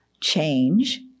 change